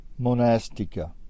Monastica